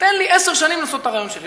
תן לי עשר שנים לנסות את הרעיון שלי,